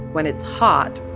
when it's hot,